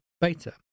beta